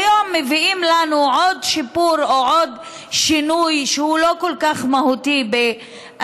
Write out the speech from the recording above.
היום מביאים לנו עוד שיפור או עוד שינוי שהוא לא כל כך מהותי ברשות,